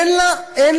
אין לה חיים.